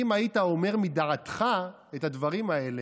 אם היית אומר מדעתך את הדברים האלה,